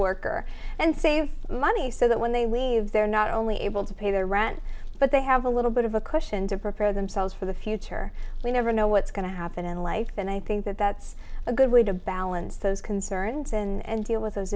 coworker and save money so that when they leave they're not only able to pay their rent but they have a little bit of a question to prepare themselves for the future we never know what's going to happen in life and i think that that's a good way to balance those concerns and deal with those